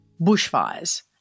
Bushfires